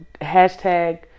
Hashtag